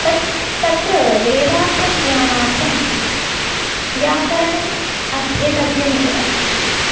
तत् तत् वेदार्थं ज्ञानार्थं व्याकरणम् अध्येतव्यमेव